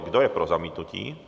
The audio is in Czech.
Kdo je pro zamítnutí?